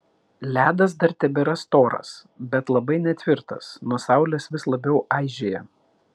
ledas dar tebėra storas bet labai netvirtas nuo saulės vis labiau aižėja